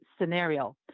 scenario